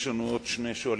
יש לנו עוד שני שואלים.